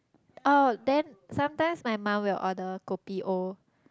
oh then sometimes my mum will order kopi O